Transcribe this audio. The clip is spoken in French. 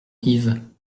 yves